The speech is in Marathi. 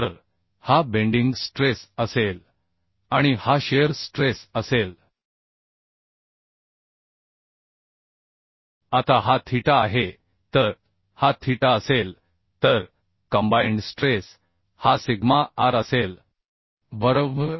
तर हा बेंडिंग स्ट्रेस असेल आणि हा शिअर स्ट्रेस असेल आता हा थीटा आहे तर हा थीटा असेल तर कंबाइंड स्ट्रेस हा सिग्मा आर असेल बरोबर